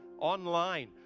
online